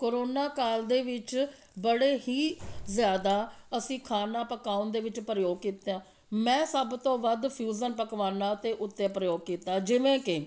corona ਕਾਲ ਦੇ ਵਿੱਚ ਬੜੇ ਹੀ ਜ਼ਿਆਦਾ ਅਸੀਂ ਖਾਣਾ ਪਕਾਉਣ ਦੇ ਵਿੱਚ ਪ੍ਰਯੋਗ ਕੀਤਾ ਹੈ ਮੈਂ ਸਭ ਤੋਂ ਵੱਧ ਫਿਊਜ਼ਨ ਪਕਵਾਨਾਂ ਦੇ ਉੱਤੇ ਪ੍ਰਯੋਗ ਕੀਤਾ ਜਿਵੇਂ ਕਿ